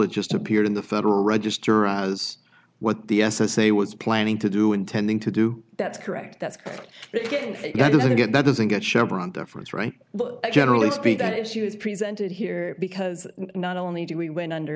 it just appeared in the federal register as what the s s a was planning to do intending to do that's correct that's again that doesn't get chevron deference right generally speak that if she was presented here because not only do we went under